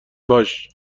باش